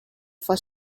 for